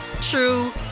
true